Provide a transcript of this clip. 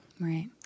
Right